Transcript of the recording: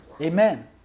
Amen